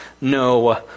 no